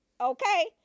Okay